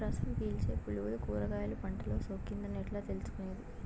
రసం పీల్చే పులుగులు కూరగాయలు పంటలో సోకింది అని ఎట్లా తెలుసుకునేది?